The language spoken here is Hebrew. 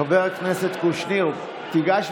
חבר הכנסת קושניר, תיגש,